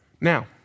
Now